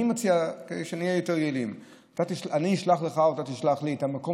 אני מציע שנהיה יותר יעילים: אני אשלח לך או אתה תשלח לי את המקום